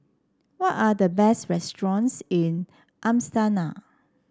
what are the best restaurants in Astana